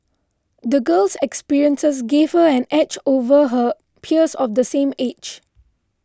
the girl's experiences gave her an edge over her peers of the same age